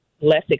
less